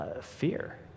Fear